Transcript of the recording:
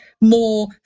more